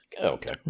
Okay